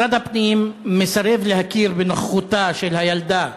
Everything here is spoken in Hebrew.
משרד הפנים מסרב להכיר בנוכחותה של הילדה,